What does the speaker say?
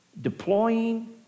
deploying